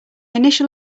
initial